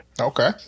Okay